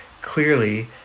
clearly